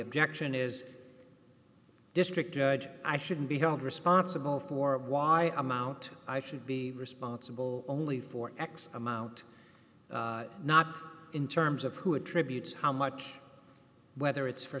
objection is district judge i should be held responsible for why i'm out i should be responsible only for x amount not in terms of who attributes how much whether it's for